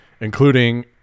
including